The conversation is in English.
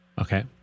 Okay